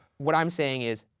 what i'm saying is,